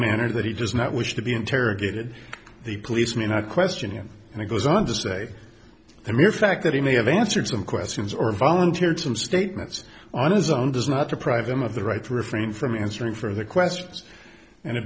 manner that he does not wish to be interrogated the police may not question him and he goes on to say the mere fact that he may have answered some questions or volunteered some statements on his own does not deprive him of the right to refrain from answering further questions and a